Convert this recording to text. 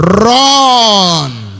R-U-N